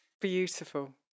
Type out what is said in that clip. Beautiful